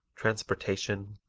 transportation,